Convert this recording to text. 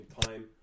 time